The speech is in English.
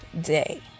day